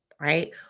right